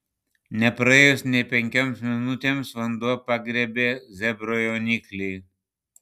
nepraėjus nė penkioms minutėms vanduo pagriebė zebro jauniklį